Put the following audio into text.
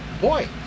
Boy